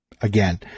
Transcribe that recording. again